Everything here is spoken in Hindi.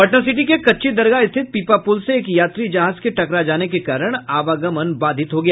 पटना सिटी के कच्ची दरगाह स्थित पीपा पुल से एक यात्री जहाज के टकरा जाने के कारण आवागमन बाधित हो गया